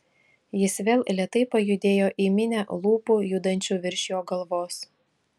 jis vėl lėtai pajudėjo į minią lūpų judančių virš jo galvos